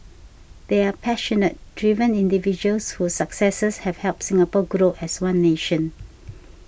they are passionate driven individuals whose successes have helped Singapore grow as one nation